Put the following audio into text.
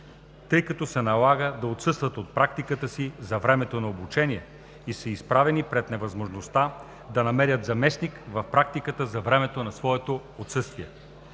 тъй като се налага да отсъстват от практиката си за времето на обучение и са изправени пред невъзможността да намерят заместник в практиката за времето на своето отсъствие.